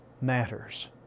matters